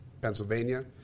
Pennsylvania